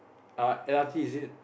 uh l_r_t is it